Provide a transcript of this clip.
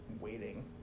waiting